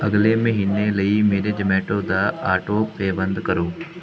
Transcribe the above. ਅਗਲੇ ਮਹੀਨੇ ਲਈ ਮੇਰਾ ਜ਼ੋਮੈਟੋ ਦਾ ਆਟੋਪੇ ਬੰਦ ਕਰੋ